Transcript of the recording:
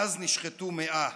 אז נשחטו מאה.